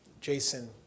Jason